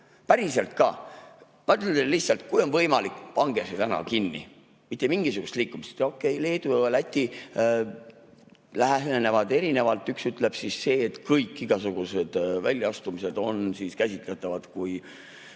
Päriselt ka! Ma ütlen teile lihtsalt, kui on võimalik, pange see tänav kinni. Mitte mingisugust liikumist! Okei, Leedu ja Läti lähenevad erinevalt, üks ütleb sedasi, et kõik igasugused väljaastumised on käsitatavad kui